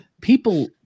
People